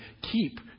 keep